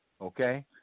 okay